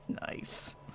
Nice